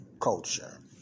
culture